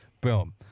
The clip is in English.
Boom